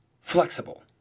flexible